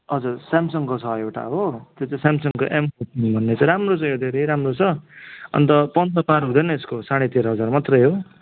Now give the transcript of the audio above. हजुर स्यामसङको छ एउटा हो त्यो चाहिँ स्यामसङको एम फोर्टिन भन्ने चाहिँ राम्रो छ धेरै राम्रो छ अन्त पन्ध्र पार हुँदैन यसको साँडे तेह्र हजार मात्रै हो